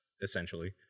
Essentially